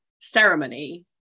ceremony